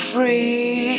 Free